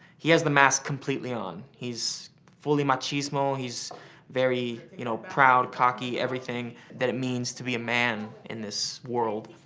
he has the mask completely on. he's fully machismo. he's very you know proud, cocky everything that means to be a man in this world.